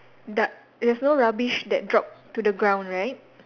du~ there's no rubbish that dropped to the ground right